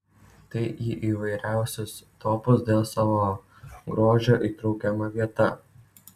tai į įvairiausius topus dėl savo grožio įtraukiama vieta